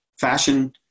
fashion